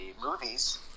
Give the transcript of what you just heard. movies